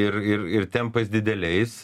ir ir ir tempais dideliais